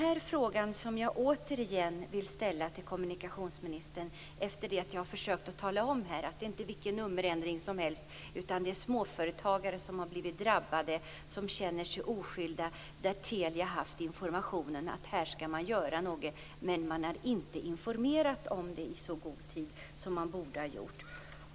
Återigen vill jag ställa min fråga till kommunikationsministern. Det gör jag alltså efter att ha försökt att tala om att det inte rör sig om vilken nummerändring som helst. Här gäller det småföretagare som har blivit drabbade och som känner sig oskyldiga. Telia har haft informationen - något skulle göras - men man har inte informerat om det i så god tid som man borde ha gjort.